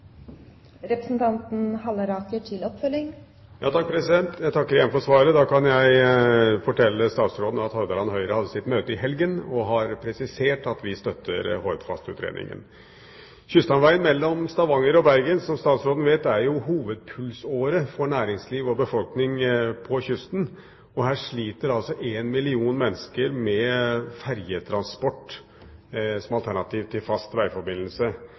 Jeg takker igjen for svaret. Jeg kan fortelle statsråden at Hordaland Høyre hadde møte i helgen og har presisert at vi støtter Hordfast-utredningen. Kyststamvegen mellom Stavanger og Bergen er, som statsråden vet, hovedpulsåre for næringsliv og befolkning på kysten. Her sliter en million mennesker med ferjetransport som alternativ til fast veiforbindelse.